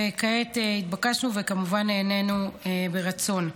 וכעת התבקשנו וכמובן נענינו ברצון.